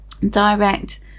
direct